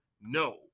no